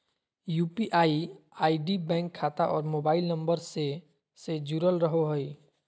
UPI ID bank खाता और mobile number से से जुरल रहो हइ